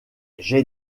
j’ai